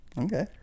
Okay